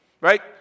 Right